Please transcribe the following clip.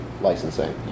licensing